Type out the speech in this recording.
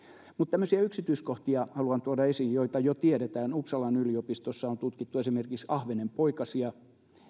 tämmöisiä yksityiskohtia haluan tuoda esiin joita jo tiedetään uppsalan yliopistossa on tutkittu esimerkiksi ahvenenpoikasia